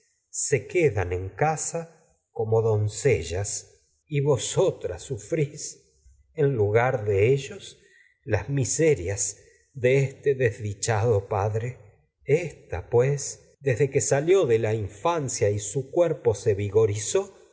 tenéis quedan en casa donce llas este y vosotras sufrís en lugar de ellos pues las miserias de que desdichado padre cuerpo esta se desde salió de y la infancia y su vigorizó